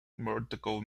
vertical